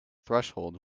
threshold